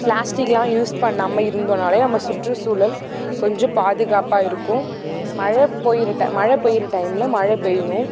பிளாஸ்டிக்லாம் use பண்ணாமல் இருந்தோம்னாலே நம்ம சுற்றுசூழல் கொஞ்சம் பாதுகாப்பாக இருக்கும் மழை பெய்யுற மழை பெய்கிற டைமில் மழை பெய்யணும்